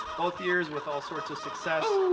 both years with all sorts of success.